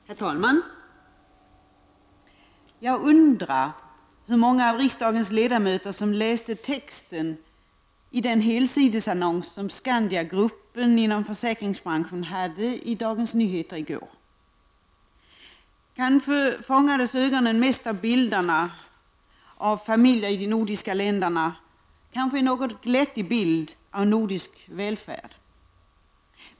Herr talman! Jag undrar hur många av riksdagens ledamöter som läste texten i den helsidesannons som Skandiagruppen inom försäkringsbranschen hade i Dagens Nyheter i går? Kanske fångades ögonen mest av bilderna av familjer i de nordiska länderna — en något glättig bild av nordisk välfärd.